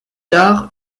tard